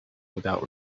without